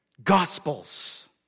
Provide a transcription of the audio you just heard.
Gospels